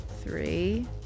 Three